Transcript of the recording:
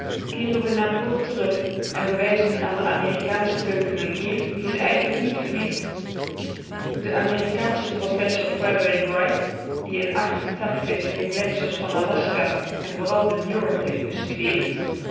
keeren we naar boord terug en bewijzen aan de amerikaansche keuken eene eer die ze eigenlijk niet verdient de amerikaansche professor frederick wright die in de gletschers van aljaska en vooral den muir heeft bestudeerd